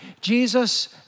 Jesus